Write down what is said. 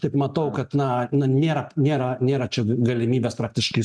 taip matau kad na na nėra nėra nėra čia galimybės praktiškai